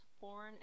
born